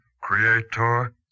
creator